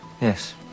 Yes